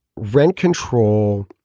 rent control.